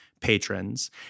patrons